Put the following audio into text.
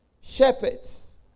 shepherds